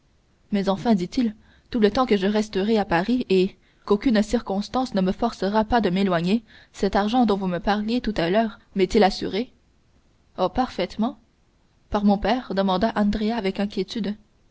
mais enfin dit-il tout le temps que je resterai à paris et qu'aucune circonstance ne me forcera pas de m'éloigner cet argent dont vous me parliez tout à l'heure m'est-il assuré oh parfaitement par mon père demanda andrea avec inquiétude